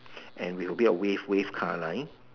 and with a bit of wave wave car line